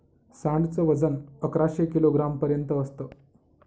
सांड च वजन अकराशे किलोग्राम पर्यंत असत